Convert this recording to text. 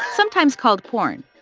sometimes called porn.